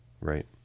Right